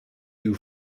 you